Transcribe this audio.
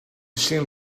seem